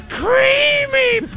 creamy